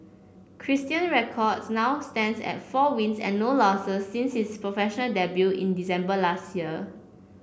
Christian's record now stands at four wins and no losses since his professional debut in December last year